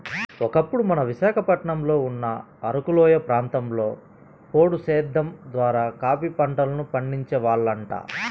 ఒకప్పుడు మన విశాఖపట్నంలో ఉన్న అరకులోయ ప్రాంతంలో పోడు సేద్దెం ద్వారా కాపీ పంటను పండించే వాళ్లంట